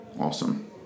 Awesome